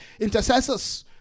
intercessors